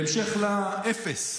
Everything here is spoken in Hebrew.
בהמשך לאפס,